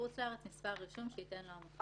תחזרו הביתה ותעשו את הבדיקה הזו ותראו מה כן צריך לשפר,